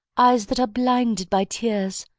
eyes that are blinded by tears,